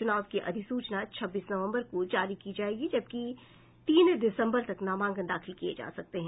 चुनाव की अधिसूचना छब्बीस नवम्बर को जारी की जायेगी जबकि तीन दिसम्बर तक नामांकन दाखिल किये जा सकते हैं